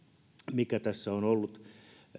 mikä tässä on ollut